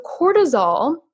cortisol